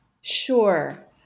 Sure